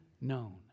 known